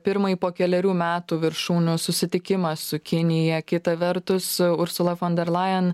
pirmąjį po kelerių metų viršūnių susitikimą su kinija kita vertus ursula fonderlain